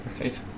Right